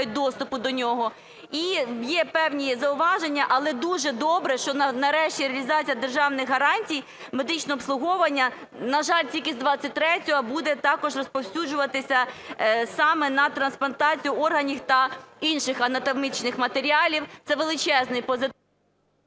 доступу до нього, і є певні зауваження. Але дуже добре, що нарешті реалізація державних гарантій медичного обслуговування, на жаль, тільки з 23-го, буде також розповсюджуватися саме на трансплантацію органів та інших анатомічних матеріалів. Це величезний позитив...